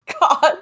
God